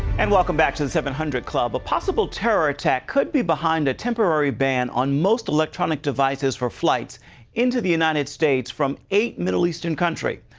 and welcome back to the seven hundred club. a possible terror attack could be behind a temporary ban on most electronic devices for flights into the united states from eight middle eastern countries.